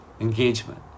engagement